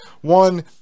One